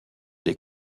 des